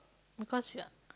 because we are